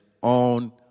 on